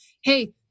hey